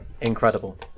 Incredible